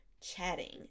chatting